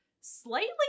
slightly